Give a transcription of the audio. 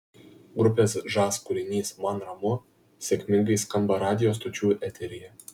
grupės žas kūrinys man ramu sėkmingai skamba radijo stočių eteryje